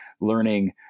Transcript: learning